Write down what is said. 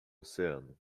oceano